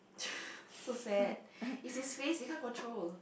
so sad it's his face he can't control